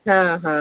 ହଁ ହଁ